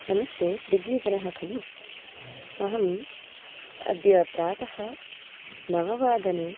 नमस्ते स्विगीयजनाः खलु अहम् अद्य प्रातः नववादने